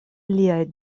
liaj